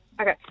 Okay